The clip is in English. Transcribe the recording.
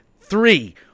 Three